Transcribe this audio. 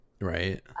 Right